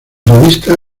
revista